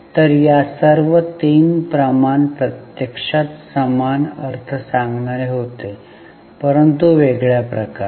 तर या सर्व 3 प्रमाण प्रत्यक्षात समान अर्थ सांगणारे होते परंतु वेगळ्या प्रकारे